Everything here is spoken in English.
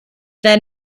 their